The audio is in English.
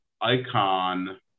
icon